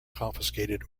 confiscated